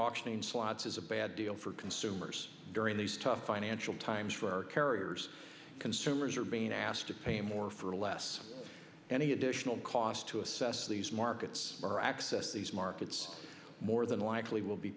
auctioning slots is a bad deal for consumers during these tough financial times for carriers consumers are being asked to pay more for less any additional cost to assess these markets or access these markets more than likely will be